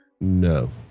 No